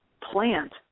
plant